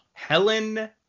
Helen